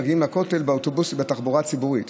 מגיעים לכותל בתחבורה הציבורית.